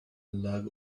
log